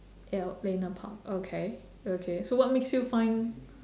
ya lena park okay okay so what makes you find